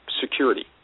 security